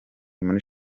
muri